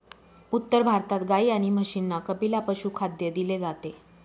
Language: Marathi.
उत्तर भारतात गाई आणि म्हशींना कपिला पशुखाद्य दिले जाते